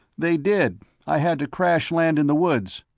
they did i had to crash-land in the woods.